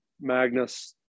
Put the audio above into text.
Magnus